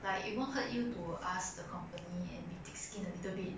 like it won't hurt you to ask the company and be thick skin a little bit